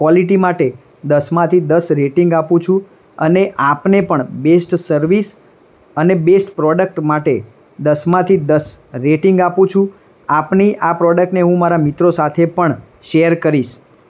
quality માટે દસમાંથી દસ રેટિંગ આપું છું અને આપને પણ બેસ્ટ સર્વિસ અને બેસ્ટ પ્રોડક્ટ માટે દસમાંથી દસ રેટિંગ આપું છું આપની આ પ્રોડક્ટને હું મારા મિત્રો સાથે પણ શૅર કરીશ